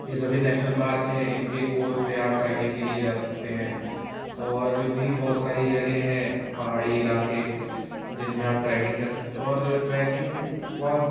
यह सभी national park हैं इनके कोर पर आप ट्रैकिंग के लिए जा सकते हैं और भी बहुत सारी जगहें हैं पहाड़ी इलाक़े जिनमें आप ट्रैकिंग कर सकते हैं और ट्रैकिंग बहुत